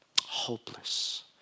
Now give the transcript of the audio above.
Hopeless